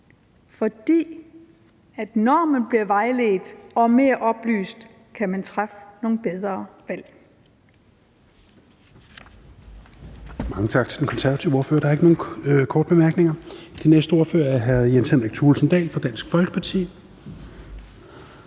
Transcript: for når man bliver vejledt og mere oplyst, kan man træffe nogle bedre valg.